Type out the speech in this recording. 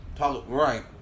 Right